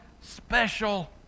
special